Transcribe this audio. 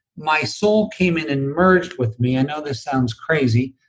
my so came in and merged with me, i know this sounds crazy,